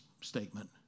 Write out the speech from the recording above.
statement